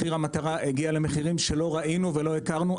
מחיר המטרה הגיע למחירים שלא ראינו ולא הכרנו,